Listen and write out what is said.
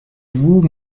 vous